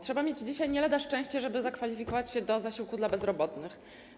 Trzeba mieć dzisiaj nie lada szczęście, żeby zakwalifikować się do zasiłku dla bezrobotnych.